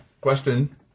Question